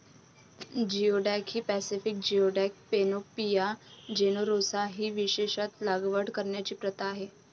geoduck ही Pacific geoduck, Panopea generosa ही विशेषत लागवड करण्याची प्रथा आहे